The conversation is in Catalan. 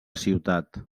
ciutat